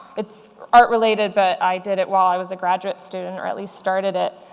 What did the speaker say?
it's art-related but i did it while i was a graduate student or at least started it.